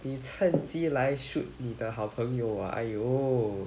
你趁机来 shoot 你的好朋友 !aiyo!